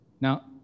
Now